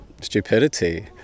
stupidity